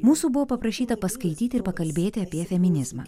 mūsų buvo paprašyta paskaityti ir pakalbėti apie feminizmą